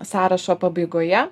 sąrašo pabaigoje